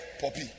Poppy